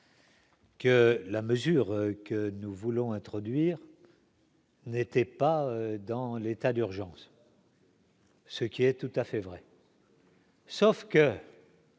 Que la mesure que nous voulons introduire. N'était pas dans l'état d'urgence. Ce qui est tout à fait vrai. Sauf que.